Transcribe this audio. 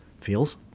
Feels